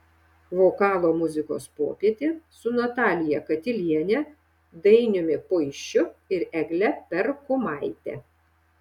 vokalo muzikos popietė su natalija katiliene dainiumi puišiu ir egle perkumaite